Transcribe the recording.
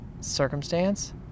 circumstance